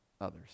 others